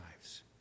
lives